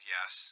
Yes